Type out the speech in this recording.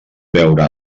veure